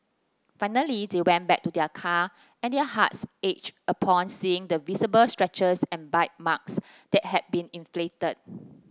finally they went back to their car and their hearts ached upon seeing the visible scratches and bite marks that had been inflicted